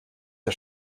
der